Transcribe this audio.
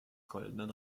goldenen